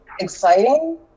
exciting